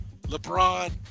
LeBron